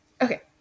Okay